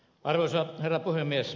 arvoisa herra puhemies